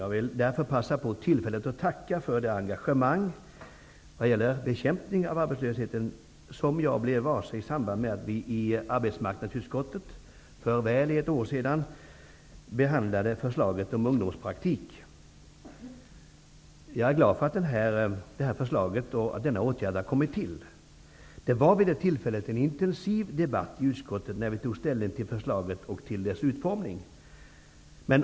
Jag vill därför passa på att tacka för det engagemang vad gäller bekämpningen av arbetslösheten som jag blev varse i samband med att vi i arbetsmarknadsutskottet för väl ett år sedan behandlade förslaget om ungdomspraktik. Jag är glad över förslaget och över denna åtgärd. Det var en intensiv debatt i utskottet när vi tog ställning till förslaget och dess utformning.